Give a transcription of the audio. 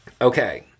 Okay